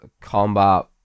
combat